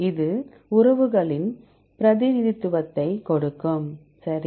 இது உறவுகளின் பிரதிநிதித்துவத்தை கொடுக்கும் சரி